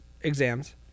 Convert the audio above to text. exams